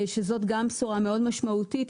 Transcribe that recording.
זו גם בשורה מאוד משמעותית.